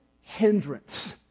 hindrance